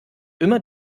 immer